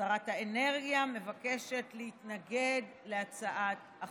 שרת האנרגיה מבקשת להתנגד להצעת החוק.